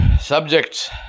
subjects